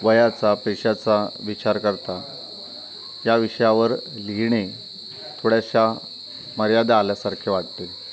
वयाचा पेशाचा विचार करता या विषयावर लिहिणे थोड्याशा मर्यादा आल्यासारखे वाटतील